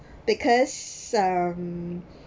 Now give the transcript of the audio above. because um